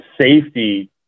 safety